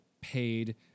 paid